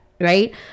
Right